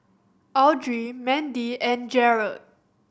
Audry Mendy and Jarrad